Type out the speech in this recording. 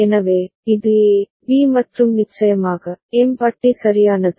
எனவே இது A B மற்றும் நிச்சயமாக M பட்டி சரியானது